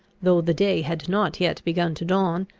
though the day had not yet begun to dawn,